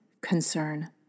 concern